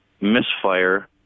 misfire